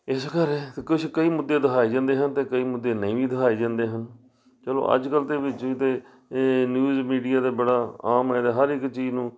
ਇਸ ਕਰੇ ਕੁਛ ਕਈ ਮੁੱਦੇ ਦਿਖਾਏ ਜਾਂਦੇ ਹਨ ਅਤੇ ਕਈ ਮੁੱਦੇ ਨਹੀਂ ਵੀ ਦਿਖਾਏ ਜਾਂਦੇ ਹਨ ਚਲੋ ਅੱਜ ਕੱਲ੍ਹ ਦੇ ਵਿੱਚ ਵੀ ਤਾਂ ਨਿਊਜ਼ ਮੀਡੀਆ ਦਾ ਬੜਾ ਆਮ ਇਹ ਤਾਂ ਹਰ ਇੱਕ ਚੀਜ਼ ਨੂੰ